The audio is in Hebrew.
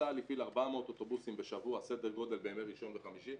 צה"ל הפעיל 400 אוטובוסים בשבוע סדר גודל בימי ראשון וחמישי.